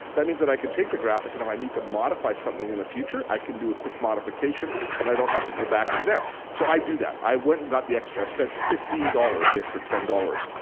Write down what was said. that means that i can take the graphic and if i need to modify something in the future, i can do a quick modification and i don't have to go back to them. so i do that. i went and got the extra. i spent fifteen dollars, the extra ten dollars.